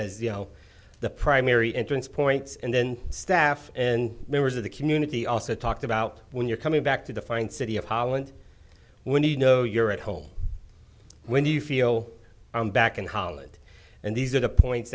as you know the primary entrance points and then staff and members of the community also talked about when you're coming back to the fine city of holland when you know you're at home when you feel i'm back in college and these are the points